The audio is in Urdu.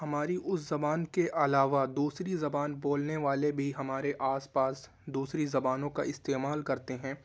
ہماری اس زبان کے علاوہ دوسری زبان بولنے والے بھی ہمارے آس پاس دوسری زبانوں کا استعمال کرتے ہیں